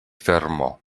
fermò